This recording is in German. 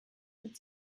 mit